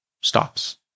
stops